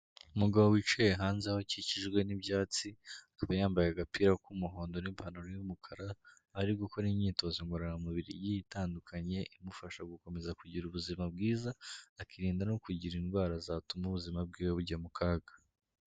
Umugabo wicaye hanze, aho akikijwe n'ibyatsi akaba yambaye agapira k'umuhondo n'ipantaro y'umukara, aho ari gukora imyitozo ngororamubiri igiye itandukanye imufasha gukomeza kugira ubuzima bwiza akirinda no kugira indwara zatuma ubuzima bwewe bujya mu kaga.